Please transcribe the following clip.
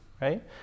right